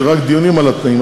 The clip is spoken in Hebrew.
יש רק דיונים על התנאים.